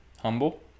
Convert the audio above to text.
Humble